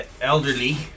elderly